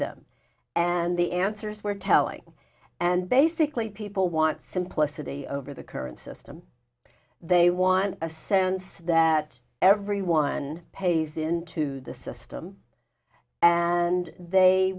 them and the answers were telling and basically people want simplicity over the current system they want a sense that everyone pays into the system and they